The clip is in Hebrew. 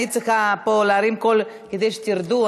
אני צריכה פה להרים קול כדי שתרדו?